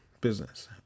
business